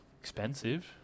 Expensive